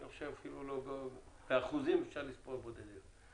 אני חושב שבאחוזים אפילו אפשר לספור, בודדים.